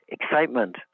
excitement